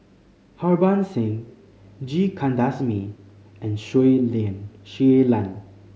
Harbans Singh G Kandasamy and Shui Lan